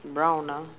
brown ah